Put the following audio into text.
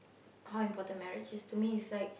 how important marriage is to me is like